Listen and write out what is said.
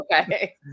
Okay